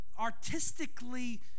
artistically